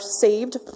saved